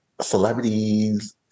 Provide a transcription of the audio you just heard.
celebrities